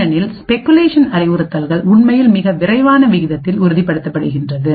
ஏனெனில் ஸ்பெகுலேஷன் அறிவுறுத்தல்கள் உண்மையில் மிக விரைவான விகிதத்தில் உறுதிப்படுத்தப்படுகின்றது